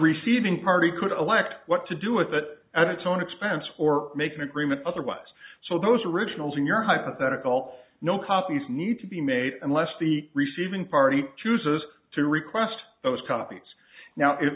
receiving party could elect what to do with it at a town expense or make an agreement otherwise so those originals in your hypothetical no copies need to be made unless the receiving party chooses to request those copies now i